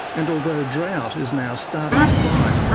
and although drought is now starting to bite,